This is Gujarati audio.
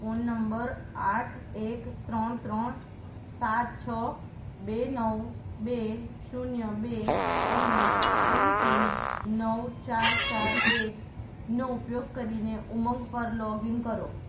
ફોન નંબર આઠ એક ત્રણ ત્રણ સાત છ બે નવ બે શૂન્ય બે અને એમ પિન નવ ચાર ચાર એકનો ઉપયોગ કરીને ઉમંગ પર લોગઇન કરો